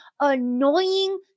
annoying